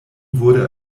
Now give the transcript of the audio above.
wurde